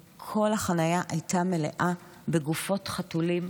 וכל החניה הייתה מלאה בגופות חתולים,